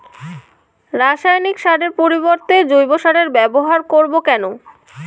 রাসায়নিক সারের পরিবর্তে জৈব সারের ব্যবহার করব কেন?